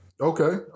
Okay